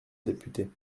députée